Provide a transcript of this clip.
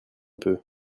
peu